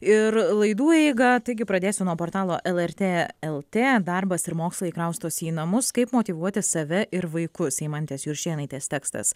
ir laidų eigą taigi pradėsiu nuo portalo lrt lt darbas ir mokslai kraustosi į namus kaip motyvuoti save ir vaikus eimantės juršėnaitės tekstas